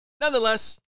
Nonetheless